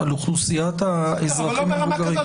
על איזו ועדה אתה מדבר?